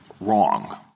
wrong